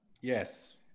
Yes